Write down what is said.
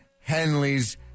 Henley's